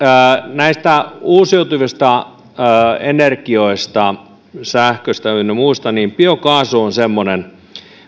näistä uusiutuvista energioista sähköstä ynnä muusta biokaasu on semmoinen